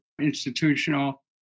institutional